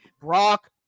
Brock